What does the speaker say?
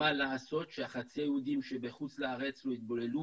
מה לעשות שחצי היהודים שבחוץ לארץ לא יתבוללו